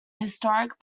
historic